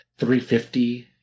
350